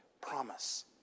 promise